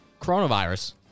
Coronavirus